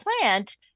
plant